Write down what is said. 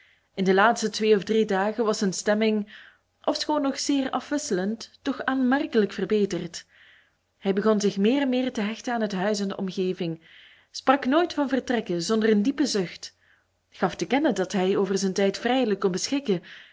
in de laatste twee of drie dagen was zijn stemming ofschoon nog zeer afwisselend toch aanmerkelijk verbeterd hij begon zich meer en meer te hechten aan het huis en de omgeving sprak nooit van vertrekken zonder een diepen zucht gaf te kennen dat hij over zijn tijd vrijelijk kon beschikken